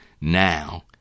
now